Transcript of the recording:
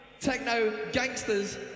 techno-gangsters